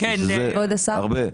זה הרבה.